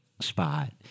spot